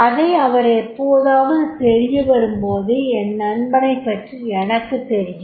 அதை அவர் எப்போதாவது தெரியவரும்போதும் என் நண்பனைப் பற்றி எனக்கு தெரியும்